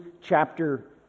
chapter